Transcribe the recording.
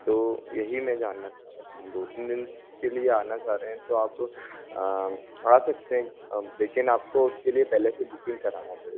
तो यही मैं जानना चाह रहा था हाँ दो तीन दिन के लिए आना चाह रहे हैं तो आप आ सकते हैं लेकिन आपको उसके लिए पहले से बुकिंग कराना पड़ेगी